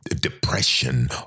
depression